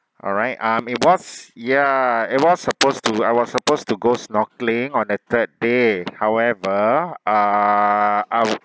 alright um it was ya it was supposed to I was supposed to go snorkeling on the third day however uh I